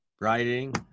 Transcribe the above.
writing